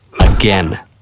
Again